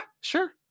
sure